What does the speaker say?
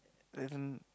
then